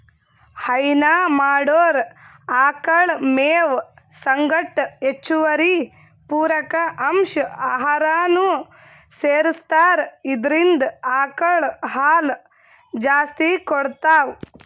ಹೈನಾ ಮಾಡೊರ್ ಆಕಳ್ ಮೇವ್ ಸಂಗಟ್ ಹೆಚ್ಚುವರಿ ಪೂರಕ ಅಂಶ್ ಆಹಾರನೂ ಸೆರಸ್ತಾರ್ ಇದ್ರಿಂದ್ ಆಕಳ್ ಹಾಲ್ ಜಾಸ್ತಿ ಕೊಡ್ತಾವ್